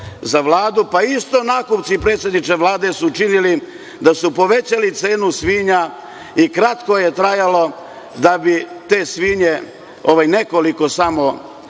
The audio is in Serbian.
Pa isto nakupci, predsedniče Vlade, su činili da su povećali cenu svinja i kratko je trajalo da bi te svinje, nekoliko samo,